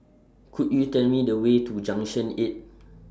Could YOU Tell Me The Way to Junction eight